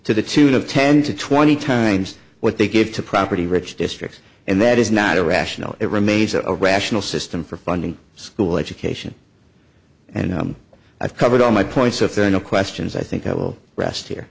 to the tune of ten to twenty times what they give to property rich districts and that is not a rational it remains a rational system for funding school education and i've covered all my points if there are no questions i think i will rest here